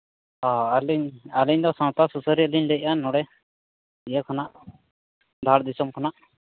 ᱚᱻ ᱟᱹᱞᱤᱧ ᱟᱹᱞᱤᱧᱫᱚ ᱥᱟᱶᱛᱟ ᱥᱩᱥᱟᱹᱨᱤᱭᱟᱹᱞᱤᱧ ᱞᱟᱹᱭᱮᱫᱼᱟ ᱱᱚᱰᱮ ᱤᱭᱟᱹ ᱠᱷᱚᱱᱟᱜ ᱫᱷᱟᱲ ᱫᱤᱥᱚᱢ ᱠᱷᱚᱱᱟ